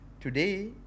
today